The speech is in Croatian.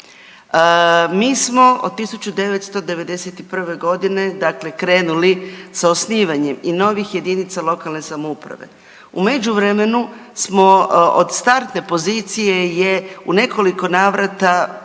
mi smo od 1991. g., dakle krenuli sa osnivanjem i novih jedinica lokalne samouprave, u međuvremenu smo od startne pozicije je u nekoliko navrata